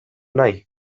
nahi